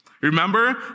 Remember